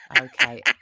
Okay